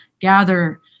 gather